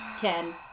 Ken